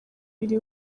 buri